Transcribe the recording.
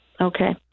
Okay